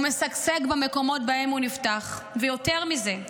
הוא משגשג במקומות שבהם הוא נפתח, ויותר מזה,